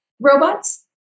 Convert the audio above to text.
robots